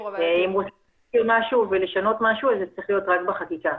אם רוצים לשנות משהו זה צריך להיות רק בחקיקה.